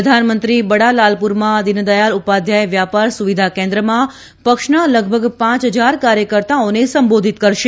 પ્રધાનમંત્રી બડા લાલપુરમાં દીન દયાલ ઉપાધ્યાય વ્યાપાર સુવિધા કેન્દ્રમાં પક્ષના લગભગ પાંચ હજાર કાર્યકર્તાઓને સંબોધિત કરશે